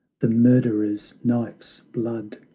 the murderer's knife's blood,